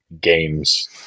games